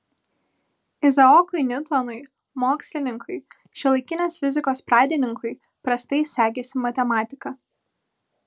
izaokui niutonui mokslininkui šiuolaikinės fizikos pradininkui prastai sekėsi matematika